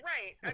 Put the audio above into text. Right